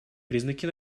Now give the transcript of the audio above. признаки